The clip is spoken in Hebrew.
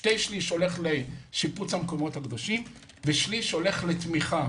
שני שליש הולך לשיפוץ המקומות הקדושים ושליש הולך לתמיכה